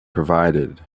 provided